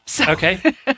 Okay